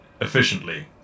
efficiently